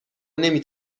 نمی